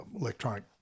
electronic